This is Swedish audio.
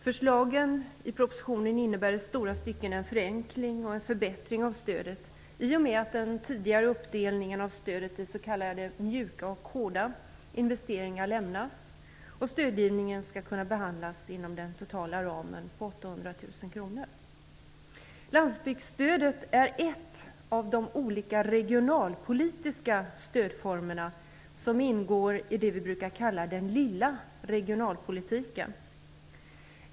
Förslaget innebär i stora stycken en förenkling och förbättring av stödet i och med att den tidigare uppdelningen av stödet i s.k. mjuka och hårda investeringar lämnas, och att stödgivningen skall kunna behandlas inom den totala ramen på 800 000 kr. Landsbygdsstödet är en av de olika regionalpolitiska stödformer som ingår i det vi brukar kalla den lilla regionalpolitiken.